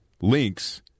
links